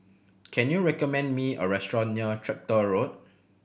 can you recommend me a restaurant near Tractor Road